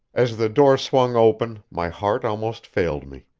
as the door swung open, my heart almost failed me.